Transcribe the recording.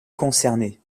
concernée